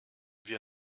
wir